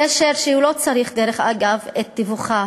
קשר שהוא לא צריך, דרך אגב, את תיווכה